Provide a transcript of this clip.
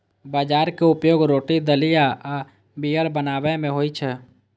बाजराक उपयोग रोटी, दलिया आ बीयर बनाबै मे होइ छै